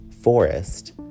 forest